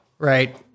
Right